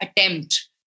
attempt